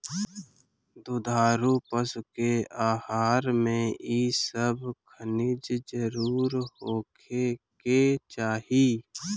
दुधारू पशु के आहार में इ सब खनिज जरुर होखे के चाही